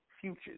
futures